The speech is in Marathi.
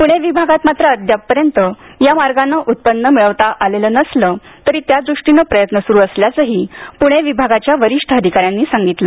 पुणे विभागात मात्र अद्यापपर्यंत या मार्गानं उत्पन्न मिळवता आलेलं नसलं तरी त्यादृष्टीनं प्रयत्न सुरु असल्याचंही पुणे विभागाच्या वरिष्ठ अधिकाऱ्यांनी सांगितलं